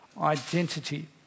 identity